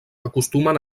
acostumen